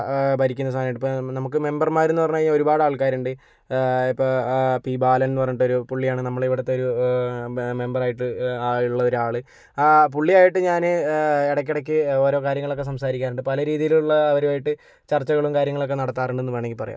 ഭരിക്കുന്ന നമുക്ക് മെമ്പർമാരെന്നു പറഞ്ഞു കഴിഞ്ഞാൽ ഒരുപാട് ആൾക്കാരുണ്ട് ഇപ്പോൾ പി ബാലൻ എന്ന് പറഞ്ഞിട്ടൊരു പുള്ളിയാണ് നമ്മുടെ ഇവിടുത്തൊരു മെമ്പറായിട്ട് ഉള്ള ഒരാൾ പുള്ളിയായിട്ട് ഞാൻ ഇടക്കിടയ്ക്ക് ഓരോ കാര്യങ്ങളൊക്കെ സംസാരിക്കാറുണ്ട് പല രീതിയിലുള്ളവരും ആയിട്ട് ചർച്ചകളും കാര്യങ്ങളൊക്കെ നടത്താറുണ്ടെന്ന് വേണമെങ്കിൽ പറയാം